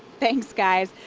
thanks, guys.